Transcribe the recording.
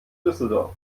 düsseldorf